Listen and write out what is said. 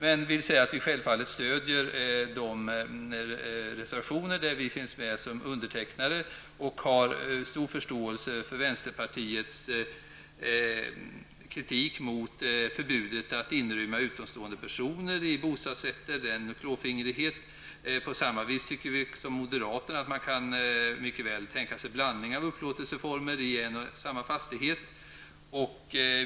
Men vi stöder självfallet de reservationer där vi finns med som undertecknare. Vi har stor förståelse för vänsterpartiets kritik mot förbud att inrymma utomstående personer i bostadsrätter -- det är en klåfingrighet. Vi tycker även som moderaterna att man mycket väl kan tänka sig blandningar av upplåtelseformer i en och samma fastighet.